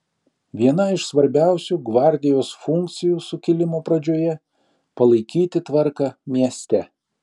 viena iš svarbiausių gvardijos funkcijų sukilimo pradžioje palaikyti tvarką mieste